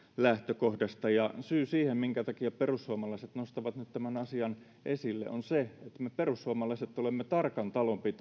lähtökohdasta ja syy siihen minkä takia perussuomalaiset nostavat nyt tämän asian esille on se että me perussuomalaiset olemme tarkan